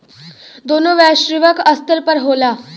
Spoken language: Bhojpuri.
दोनों वैश्विक स्तर पर होला